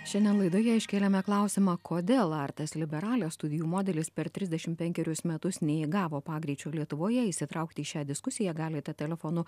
šiandien laidoje iškėlėme klausimą kodėl artes liberales studijų modelis per trisdešim penkerius metus neįgavo pagreičio lietuvoje įsitraukti į šią diskusiją galite telefonu